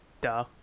Duh